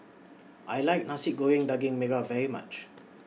I like Nasi Goreng Daging Merah very much